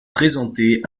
présenté